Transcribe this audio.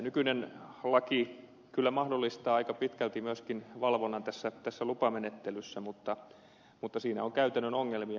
nykyinen laki kyllä mahdollistaa aika pitkälti myöskin valvonnan tässä lupamenettelyssä mutta siinä on käytännön ongelmia